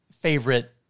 favorite